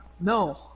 No